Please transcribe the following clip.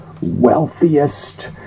wealthiest